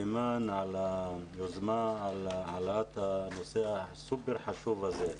אימאן על היוזמה להעלאת הנושא הסופר חשוב הזה,